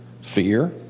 Fear